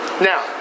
Now